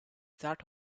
that